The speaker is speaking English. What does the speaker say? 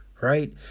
right